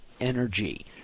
energy